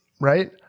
right